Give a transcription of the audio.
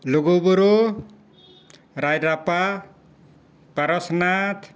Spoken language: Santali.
ᱞᱩᱜᱩ ᱵᱩᱨᱩ ᱨᱟᱡᱽᱨᱟᱯᱟ ᱯᱚᱨᱮᱥᱱᱟᱛᱷ